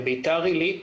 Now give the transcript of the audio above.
בבית"ר עלית,